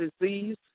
disease